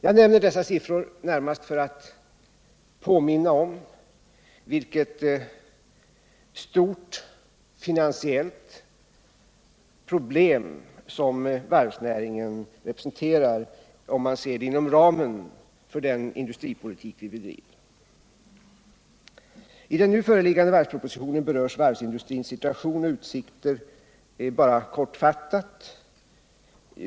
Jag nämner dessa siffror närmast för att påminna om vilket stort finansiellt problem som varvsnäringen representerar, om man ser det inom ramen för den industripolitik vi bedriver. I den nu föreliggande varvspropositionen berörs varvsindustrins situation och utsikter endast kortfattat.